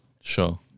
Sure